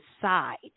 side